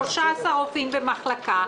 13 רופאים במחלקה,